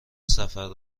سفر